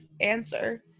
answer